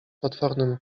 potwornym